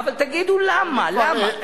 אבל תגידו למה, למה.